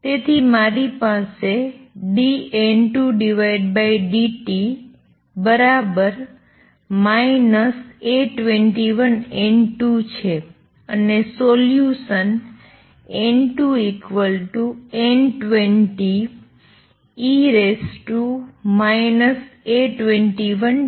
તેથી મારી પાસે dN2dt બરાબર A21 N2 છે અને solution N2 N20 e A21t છે